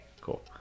Cool